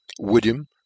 William